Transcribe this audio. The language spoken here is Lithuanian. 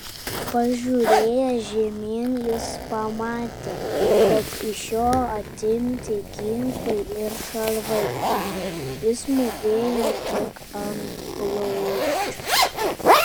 pažiūrėjęs žemyn jis pamatė kad iš jo atimti ginklai ir šarvai jis mūvėjo tik antblauzdžius